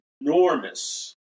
enormous